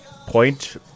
point